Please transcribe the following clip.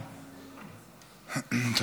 נו, אז מאיפה הם יגיעו?